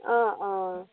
অঁ অঁ